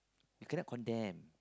you cannot condemn